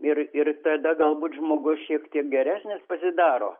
ir ir tada galbūt žmogus šiek tiek geresnis pasidaro